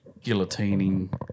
guillotining